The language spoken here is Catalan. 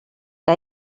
que